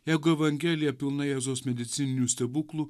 jeigu evangelija pilna jėzaus medicininių stebuklų